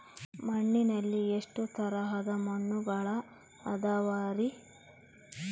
ಮಣ್ಣಿನಲ್ಲಿ ಎಷ್ಟು ತರದ ಮಣ್ಣುಗಳ ಅದವರಿ?